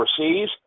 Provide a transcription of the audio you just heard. overseas